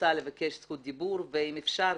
רוצה לבקש זכות דיבור ואם אפשר,